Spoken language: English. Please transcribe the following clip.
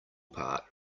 part